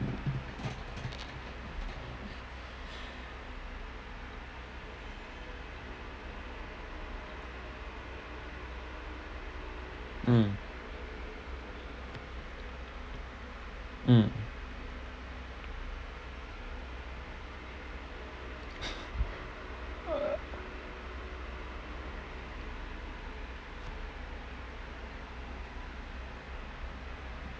mmhmm mmhmm